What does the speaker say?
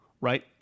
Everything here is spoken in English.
right